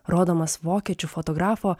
rodomas vokiečių fotografo